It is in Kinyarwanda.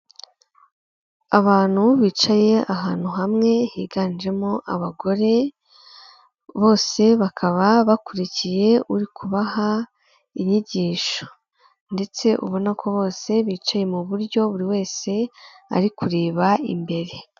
Abantu bicaye ahantu hamwe higanjemo abagore, bose bakaba bakurikiye uri kubaha inyigisho ndetse ubona ko bose bicaye mu buryo buri wese ari kureba imbere.